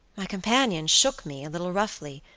my companion shook me a little roughly,